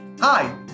Hi